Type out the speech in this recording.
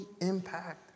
impact